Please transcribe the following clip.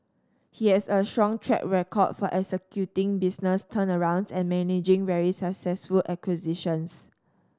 he has a strong track record of executing business turnarounds and managing very successful acquisitions